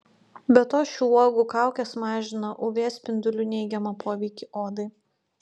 be to šių uogų kaukės mažina uv spindulių neigiamą poveikį odai